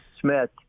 Smith